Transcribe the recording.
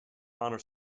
honor